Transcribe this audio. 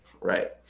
Right